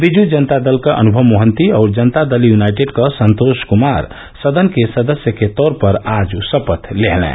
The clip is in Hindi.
बीजू जनता दल के अनुभव मोहंती और जनता दल युनाइटेड के संतोष कुमार ने सदन के सदस्य के रूप में आज शपथ ली